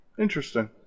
Interesting